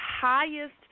highest